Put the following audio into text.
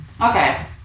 Okay